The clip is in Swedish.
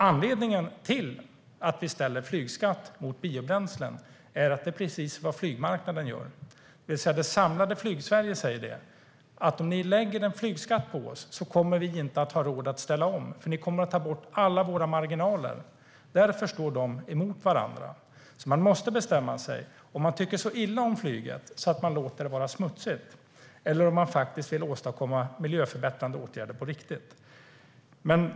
Anledningen till att vi ställer flygskatt mot biobränslen är att det är precis vad flygmarknaden gör. Det samlade Flygsverige säger: Om ni lägger en flygskatt på oss kommer vi inte ha råd att ställa om, för ni kommer att ta bort alla våra marginaler. Därför står flygskatt och biobränslen emot varandra. Man måste bestämma sig för om man tycker så illa om flyget att man låter det vara smutsigt eller om man faktiskt vill åstadkomma miljöförbättrande åtgärder på riktigt.